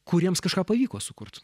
kuriems kažką pavyko sukurt